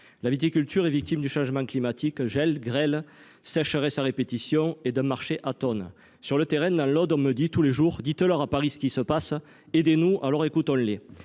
la viticulture est victime du changement climatique – gel, grêle, sécheresse à répétition – et d’un marché atone. Sur le terrain, dans l’Aude, on me dit tous les jours :« Dites leur, à Paris, ce qui se passe ! Aidez nous !» Alors, écoutons les